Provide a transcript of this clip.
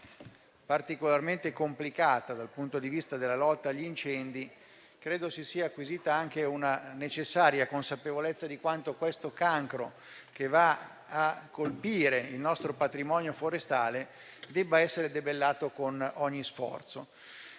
particolarmente complicata dal punto di vista della lotta agli incendi, credo si sia acquisita anche una necessaria consapevolezza di quanto questo cancro, che va a colpire il nostro patrimonio forestale debba essere debellato con ogni sforzo.